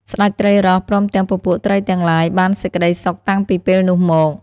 ស្តេចត្រីរ៉ស់ ព្រមទាំងពពួកត្រីទាំងឡាយ បានសេចក្តីសុខតាំងពីពេលនោះមក។